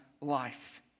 life